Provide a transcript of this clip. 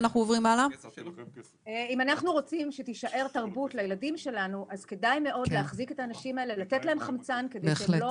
אם אנחנו רוצים שתישאר תרבות כדאי לתת חמצן לאנשים האלה כדי שלא